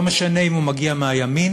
ולא משנה אם הוא מגיע מהימין